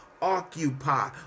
occupy